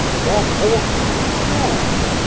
what ought you to do?